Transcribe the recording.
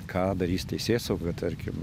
ką darys teisėsauga tarkim